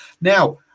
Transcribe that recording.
Now